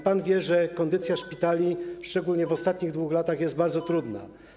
Pan wie, że kondycja szpitali, szczególnie w ostatnich 2 latach, jest bardzo trudna.